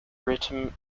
rhythm